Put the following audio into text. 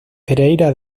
pereira